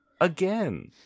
Again